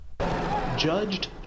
Judged